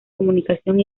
comunicación